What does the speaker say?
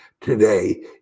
today